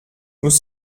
nous